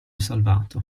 salvato